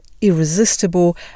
irresistible